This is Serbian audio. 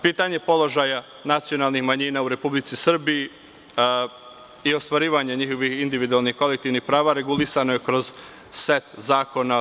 Pitanje položaja nacionalnih manjina u Republici Srbiji i ostvarivanje njihovih individualnih i kolektivnih prava regulisano je kroz set zakona.